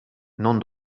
non